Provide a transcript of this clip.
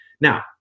now